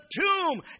tomb